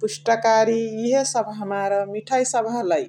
पुस्टकारी । इहे सबह हमार मिठै सबह हलइ ।